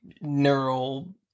neural